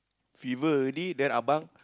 fever already then abang